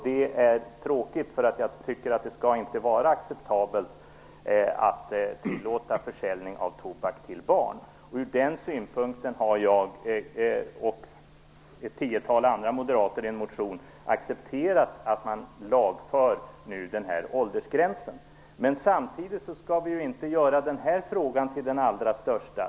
Det är tråkigt, eftersom jag inte anser att det skall vara acceptabelt att tillåta försäljning av tobak till barn. Ur den synpunkten har jag och ett tiotal andra moderater i en motion uttryckt att vi accepterar att denna åldersgräns lagförs. Men samtidigt skall vi inte göra den här frågan till den allra största.